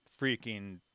freaking